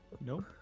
Nope